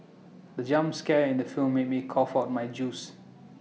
the jump scare in the film made me cough out my juice